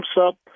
up